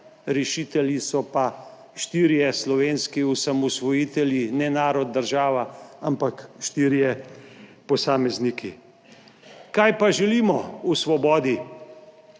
rešitelji so pa štirje slovenski osamosvojitelji, ne narod, država, ampak štirje posamezniki. Kaj pa želimo v Svobodi,